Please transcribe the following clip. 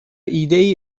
ایدهای